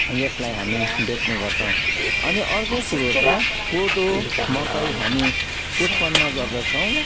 यसलाई हामी बेच्ने गर्छौँ अनि अर्को कुरो त कोदो मकै हामी उत्पन्न गर्दछौँ